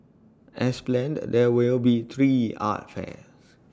as planned there will be three art fairs